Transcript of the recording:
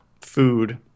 food